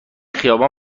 خیابان